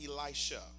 Elisha